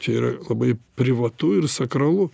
čia yra labai privatu ir sakralu